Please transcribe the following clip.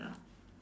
ya